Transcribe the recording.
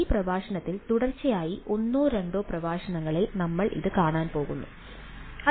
ഈ പ്രഭാഷണത്തിൽ തുടർച്ചയായി ഒന്നോ രണ്ടോ പ്രഭാഷണങ്ങളിൽ നമ്മൾ ഇതു കാണാൻ പോകുന്നു